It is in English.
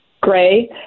gray